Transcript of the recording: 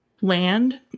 land